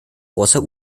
großer